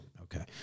Okay